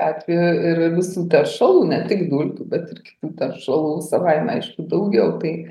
atveju ir visų teršalų ne tik dulkių bet ir kitų teršalų savaime aišku daugiau tai